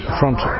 front